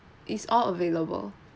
it's all available